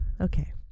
Okay